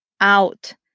out